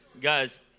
guys